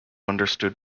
understood